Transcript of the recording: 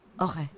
Okay